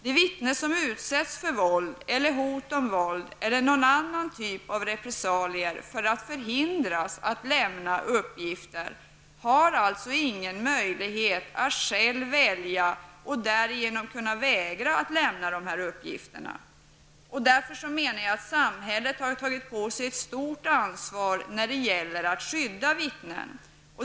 Det vittne som utsätts för våld eller hot om våld eller någon annan typ av repressalier för att förhindras att lämna uppgifter har alltså ingen möjlighet att själv välja och därigenom kunna vägra att lämna dessa uppgifter. Därför menar jag att samhället har tagit på sig ett stort ansvar när det gäller att skydda vittnen.